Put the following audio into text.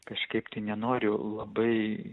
kažkaip tai nenoriu labai